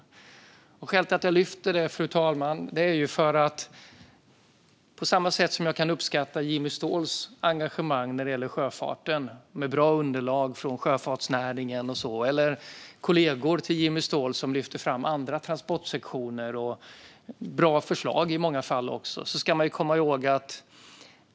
Det finns ett skäl till att jag lyfter upp detta, fru talman. Jag kan uppskatta Jimmy Ståhls engagemang för sjöfarten, med bra underlag från sjöfartsnäringen och så vidare, eller kollegor till Jimmy Ståhl som lyfter fram andra transportsektorer med i många fall bra förslag, men man ska komma ihåg en sak.